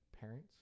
parents